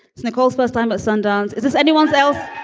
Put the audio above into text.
it's nicole's first time at sundance. is this anyone so else?